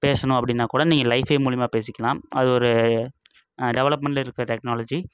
பேசணும் அப்படின்னா கூட நீங்கள் லைஃபை மூலிமா பேசிக்கலாம் அது ஒரு டெவலப்மெண்ட்டில் இருக்கற டெக்னாலஜி